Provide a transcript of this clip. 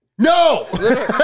No